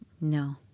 No